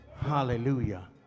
hallelujah